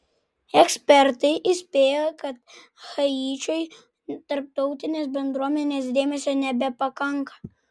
ekspertai įspėja kad haičiui tarptautinės bendruomenės dėmesio nebepakanka